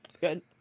good